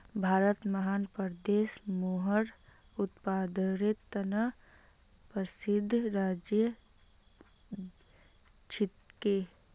भारतत मध्य प्रदेश गेहूंर उत्पादनेर त न प्रसिद्ध राज्य छिके